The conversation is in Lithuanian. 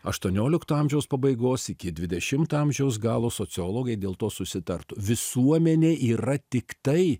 aštuoniolikto amžiaus pabaigos iki dvidešimto amžiaus galo sociologai dėl to susitartų visuomenė yra tiktai